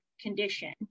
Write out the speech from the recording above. condition